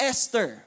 Esther